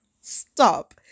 Stop